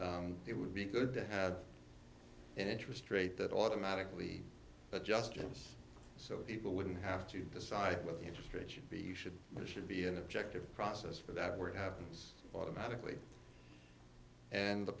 amount it would be good to have an interest rate that automatically adjust us so people wouldn't have to decide what the interest rate should be should be should be an objective process for that were happens automatically and the